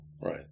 right